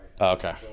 okay